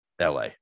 LA